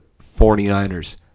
49ers